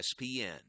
ESPN